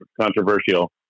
controversial